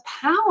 power